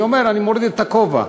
אני אומר, אני מוריד את הכובע.